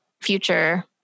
future